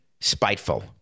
spiteful